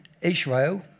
Israel